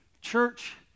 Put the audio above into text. Church